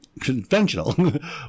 conventional